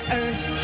earth